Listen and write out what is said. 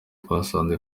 twasanze